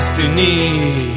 Destiny